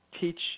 teach